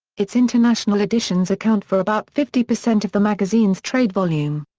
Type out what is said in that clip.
its international editions account for about fifty percent of the magazine's trade volume.